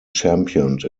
championed